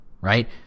Right